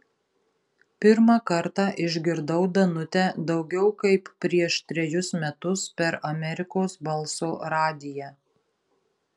pirmą kartą išgirdau danutę daugiau kaip prieš trejus metus per amerikos balso radiją